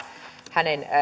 hänen